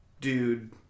dude